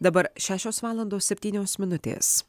dabar šešios valandos septynios minutės